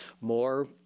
more